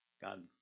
God